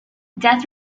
death